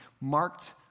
marked